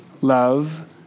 love